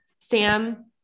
Sam